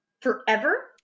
forever